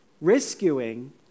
rescuing